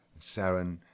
Saren